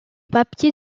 papier